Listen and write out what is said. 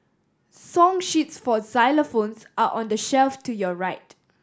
song sheets for xylophones are on the shelf to your right